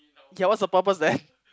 ya what the purpose then